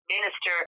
Minister